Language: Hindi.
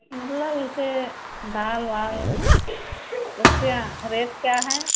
मतलब जैसे दाल वाल उसका रेट क्या है